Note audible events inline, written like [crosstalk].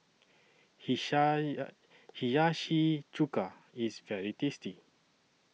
[unintelligible] Hiyashi Chuka IS very tasty